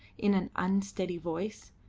in an unsteady voice,